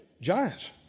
Giants